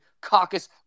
caucus